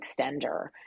extender